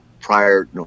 prior